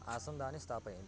आसन्दान् स्थापयन्ति